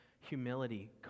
humility